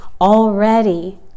already